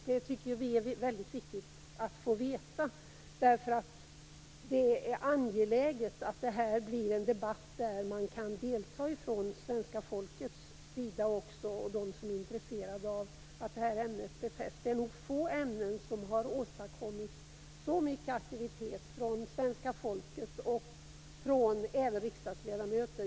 Det tycker vi är mycket viktigt att få veta, därför att det är angeläget att det här blir en debatt där svenska folket kan delta liksom de som är intresserade av att det här ämnet befästs. Det är nog få ämnen som har åstadkommit så mycket aktivitet från svenska folkets sida och även från riksdagsledamöter.